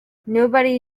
nobody